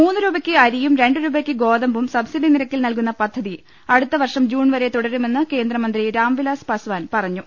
മൂന്ന് രൂപയ്ക്ക് അരിയും രണ്ട് രൂപയ്ക്ക് ഗോതമ്പും സബ്സിഡി നിരക്കിൽ നൽകുന്ന പദ്ധതി അടുത്ത വർഷം ജൂൺ വരെ തുടരുമെന്ന് കേന്ദ്രമന്ത്രി രാംവിലാസ് പസ്വാൻ പറഞ്ഞു